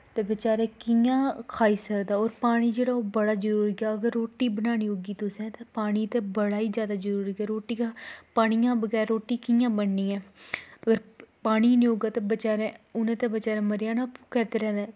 ते बचैरे कि'यां खाई सकदा होर पानी जेह्ड़ा ओह् बड़ा जरूरी ऐ अगर रोटी बनानी होगी तुसें ते पानी ते बड़ा ई जादा जरूरी ऐ रोटिया पानियां बगैर रोटी कि'यां बननी ऐ अगर पानी गै निं होगा ते बचैरे उ'नें ते बचैरेमरी जाना भुक्खें त्रेहाए दे